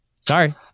Sorry